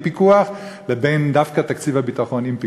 פיקוח לבין דווקא תקציב הביטחון עם פיקוח.